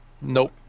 Nope